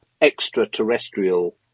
extraterrestrial